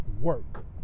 work